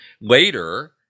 later